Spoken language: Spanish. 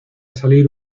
salir